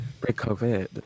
pre-COVID